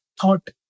thought